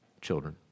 children